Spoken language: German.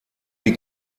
die